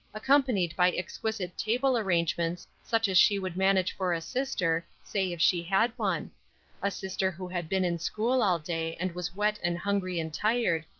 accompanied by exquisite table arrangements such as she would manage for a sister, say, if she had one a sister who had been in school all day and was wet and hungry and tired,